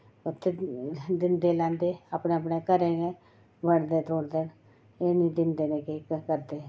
दिंदे लैंदे अपने अपने घरें गै बंडदे त्रूुडदे एह् निं दिंदे ते नेईं किश करदे